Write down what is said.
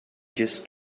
just